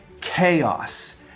Chaos